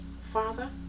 Father